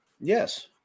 Yes